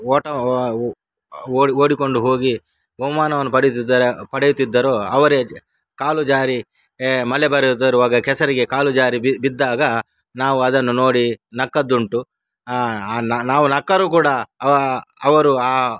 ಓಟ ಓಡಿ ಓಡಿಕೊಂಡು ಹೋಗಿ ಬಹುಮಾನವನ್ನು ಪಡೀತಿದ್ದರೆ ಪಡೆಯುತ್ತಿದ್ದರು ಅವರೇ ಕಾಲು ಜಾರಿ ಮಳೆಬರುತ್ತಿರುವಾಗ ಕೆಸರಿಗೆ ಕಾಲು ಜಾರಿ ಬಿ ಬಿದ್ದಾಗ ನಾವು ಅದನ್ನು ನೋಡಿ ನಕ್ಕಿದ್ದುಂಟು ನಾ ನಾವು ನಕ್ಕರೂ ಕೂಡ ಅವ ಅವರು ಆ